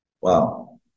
Wow